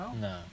No